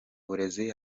burezi